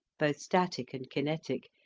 both static and kinetic,